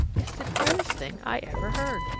it's the queerest thing i ever heard.